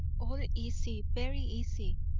all easy, very easy,